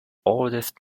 oldest